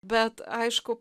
bet aišku